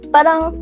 Parang